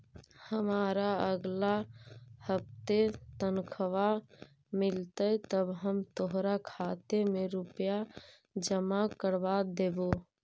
हमारा अगला हफ्ते तनख्वाह मिलतई तब हम तोहार खाते में रुपए जमा करवा देबो